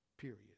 Period